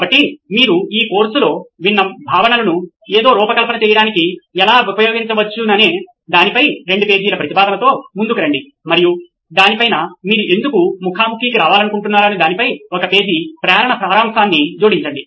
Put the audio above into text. కాబట్టి మీరు ఈ కోర్సులో విన్న భావనలను ఏదో రూపకల్పన చేయడానికి ఎలా ఉపయోగించవచ్చనే దానిపై 2 పేజీల ప్రతిపాదనతో ముందుకు రండి మరియు దాని పైన మీరు ఎందుకు ముఖాముఖికి రావాలనుకుంటున్నారనే దానిపై ఒక పేజీ ప్రేరణ సారాంశాన్ని జోడించండి